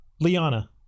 Liana